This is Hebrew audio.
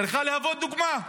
צריכה להוות דוגמה.